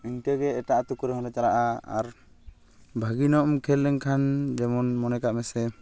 ᱤᱱᱠᱟᱹᱜᱮ ᱮᱴᱟᱜ ᱟᱛᱳ ᱠᱚᱨᱮ ᱦᱚᱸᱞᱮ ᱪᱟᱞᱟᱜᱼᱟ ᱟᱨ ᱵᱷᱟᱜᱮ ᱧᱚᱜ ᱮᱢ ᱠᱷᱮᱞ ᱞᱮᱱᱠᱷᱟᱱ ᱡᱮᱢᱚᱱ ᱢᱚᱱᱮ ᱠᱟᱜ ᱢᱮ ᱥᱮ